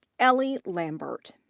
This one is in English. elly lambert.